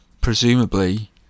presumably